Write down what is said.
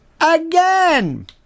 again